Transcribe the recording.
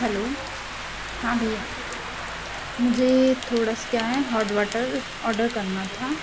hello हाँ भईया मुझे थोड़ा सा क्या है हॉट वाटर ऑडर करना था